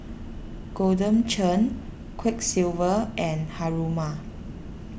Golden Churn Quiksilver and Haruma